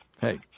Hey